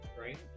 right